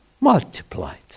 multiplied